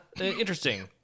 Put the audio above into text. interesting